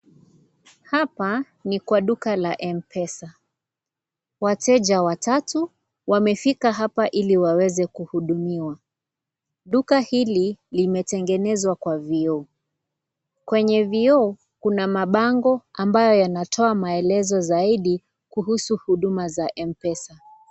Hapa ni kwa duka la Mpesa, wateja watatu wamefika hapa ili waweze kuhudumiwa, duka hili limetengenezwa kwa vioo kwenye vioo kuna mabango ambayo yanatoa maelezo zaidi kuhusu huduma za Mpesa